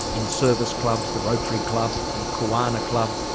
in service clubs, the rotary club, the kiwanis club.